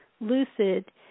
lucid